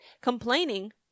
Complaining